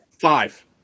Five